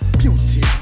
beauty